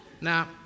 now